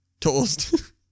toast